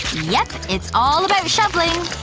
yep, it's all about shoveling,